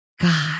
God